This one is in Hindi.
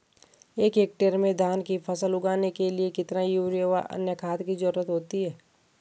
एक हेक्टेयर में धान की फसल उगाने के लिए कितना यूरिया व अन्य खाद की जरूरत होती है?